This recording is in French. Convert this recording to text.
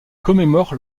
commémore